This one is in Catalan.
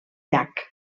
llac